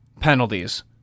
penalties